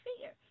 fear